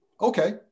Okay